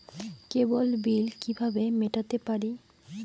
কেবল bill কিভাবে মেটাতে পারি?